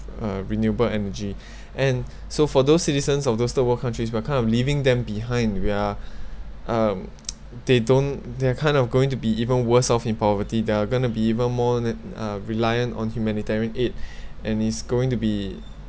uh renewable energy and so for those citizens of those third world countries we're kind of leaving them behind we're um they don't they're kind of going to be even worse off in poverty they're going to be even more than uh reliant on humanitarian aid and it's going to be